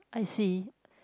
I see